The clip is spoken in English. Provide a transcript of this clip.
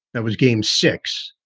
that was game six.